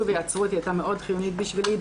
ויעצרו אותי הייתה מאוד חיונית בשבילי".